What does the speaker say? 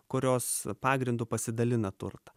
kurios pagrindu pasidalina turtą